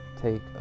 take